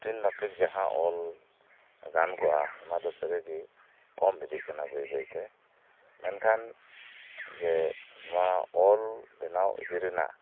routine ᱢᱟᱯᱷᱚᱠ ᱡᱟᱦᱟᱸ ᱚᱞ ᱜᱟᱱ ᱠᱚᱜᱼᱟ ᱚᱱᱟ ᱫᱚ ᱥᱟᱹᱨᱤ ᱜᱮ ᱠᱚᱢ ᱤᱫᱤᱜ ᱠᱟᱱᱟ ᱵᱟᱹᱭ ᱵᱟᱹᱭᱛᱮ ᱢᱮᱱᱠᱷᱟᱱ ᱡᱮ ᱱᱚᱶᱟ ᱚᱞ ᱵᱮᱱᱟᱣ ᱤᱫᱤ ᱨᱮᱱᱟᱜ